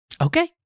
Okay